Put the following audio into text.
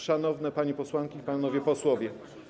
Szanowne Panie Posłanki i Panowie Posłowie!